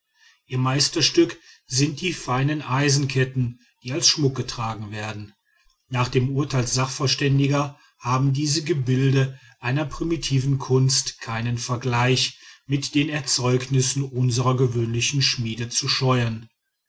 ihr meisterstück sind die feinen eisenketten die als schmuck getragen werden nach dem urteil sachverständiger haben diese gebilde einer primitiven kunst keinen vergleich mit den erzeugnissen unserer gewöhnlichen schmiede zu scheuen